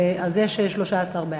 אז יש 13 בעד.